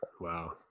Wow